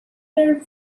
were